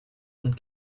und